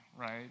right